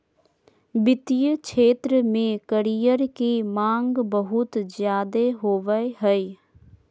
वित्तीय क्षेत्र में करियर के माँग बहुत ज्यादे होबय हय